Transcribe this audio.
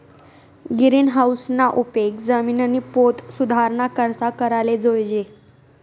गिरीनहाऊसना उपेग जिमिननी पोत सुधाराना करता कराले जोयजे